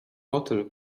motyl